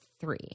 three